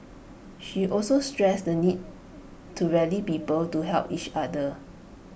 she also stressed the need to rally people to help each other